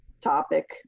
topic